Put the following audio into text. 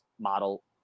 model